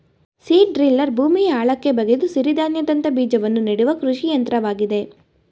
seed driller ಭೂಮಿಯ ಆಳಕ್ಕೆ ಬಗೆದು ಸಿರಿಧಾನ್ಯದಂತ ಬೀಜವನ್ನು ನೆಡುವ ಕೃಷಿ ಯಂತ್ರವಾಗಿದೆ